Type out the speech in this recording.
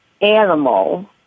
animal